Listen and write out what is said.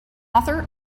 author